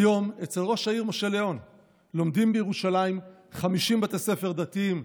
היום אצל ראש העיר משה ליאון לומדים בירושלים 50 בתי ספר דתיים,